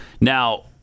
Now